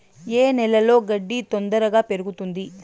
ఏ నేలలో గడ్డి తొందరగా పెరుగుతుంది